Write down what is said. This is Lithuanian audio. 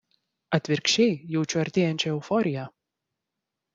atvirkščiai jaučiu artėjančią euforiją